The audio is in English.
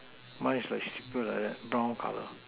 mine is like simple like that brown colour